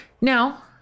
Now